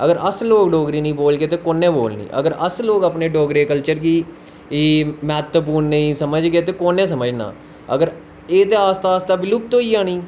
अगर अस लोग डोगरी नी बोलगे ते कुने बोलनी अगर अस लोग अपने डोगरे कल्चर गी मैह्त्वपूर्ण नेंई समझगे ते कुनें समझना एह् तां आस्ता आस्ता बिलुप्त होई जानी